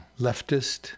leftist